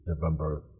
November